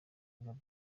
gaby